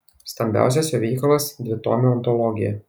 stambiausias jo veikalas dvitomė ontologija